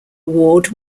award